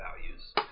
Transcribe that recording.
values